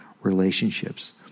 relationships